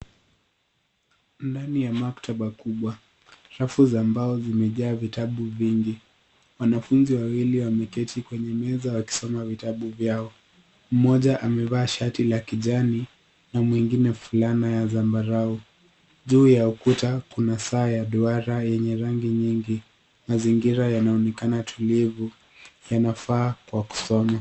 Ndani ya makataba kubwa, rafu za mbao zimejaa vitabu vingi. Wanafunzi wawili wameketi kwenye meza wakisoma vitabu vyao, mmoja amevaa shati la kijani na mwngine fulana ya zambarau. Juu ya ukuta kuna saa ya duara yenye rangi nyingi. Mazingira yanaonekana tulivu, yanafaa kwa kusoma.